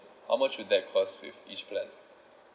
how much will that cost with each plan